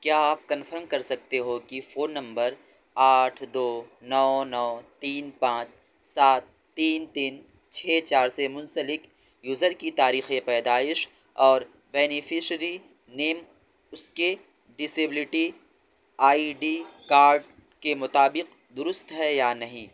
کیا آپ کنفرم کر سکتے ہو کہ فون نمبر آٹھ دو نو نو تین پانچ سات تین تین چھ چار سے منسلک یوزر کی تاریخِ پیدائش اور بینیفیشری نیم اس کے ڈسیبلٹی آئی ڈی کارڈ کے مطابق درست ہے یا نہیں